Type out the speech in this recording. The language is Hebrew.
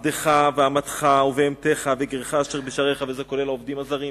עבדך ואמתך ובהמתך וגרך אשר בשעריך" וזה כולל העובדים הזרים,